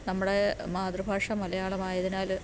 നമ്മുടെ മാതൃഭാഷ മലയാളമായതിനാൽ